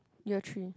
year three